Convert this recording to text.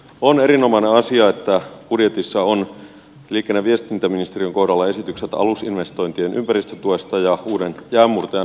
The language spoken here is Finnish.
on erinomainen asia että budjetissa on liikenne ja viestintäministeriön kohdalla esitykset alusinvestointien ympäristötuesta ja uuden jäänmurtajan hankinnasta